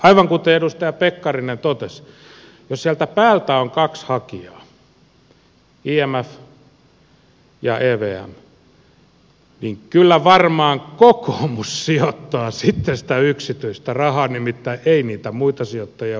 aivan kuten edustaja pekkarinen totesi jos sieltä päältä on kaksi hakijaa imf ja evm niin kyllä varmaan kokoomus sijoittaa sitten sitä yksityistä rahaa nimittäin ei niitä muita sijoittajia varmaan löydy